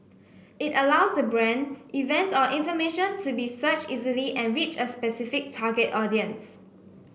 it allows the brand event or information to be searched easily and reach a specific target audience